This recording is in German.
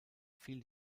fiel